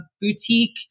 boutique